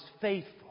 faithful